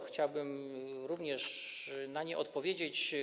Chciałbym również na nie odpowiedzieć.